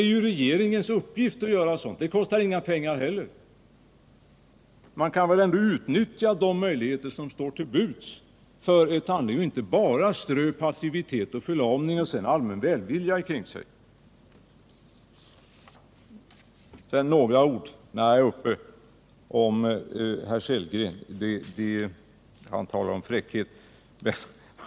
Det är regeringens uppgift att ta sådana initiativ. Det kostar inte heller några pengar. Man bör väl ändå utnyttja de möjligheter som står till buds och inte bara visa passivitet och handlingsförlamning och strö allmän välvilja omkring sig. När jag ändå har ordet vill jag säga ett par ord till herr Sellgren, som talar om fräckhet.